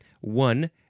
one